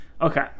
okay